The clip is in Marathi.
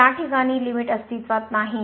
तर या ठिकाणी लिमिट अस्तित्वात नाही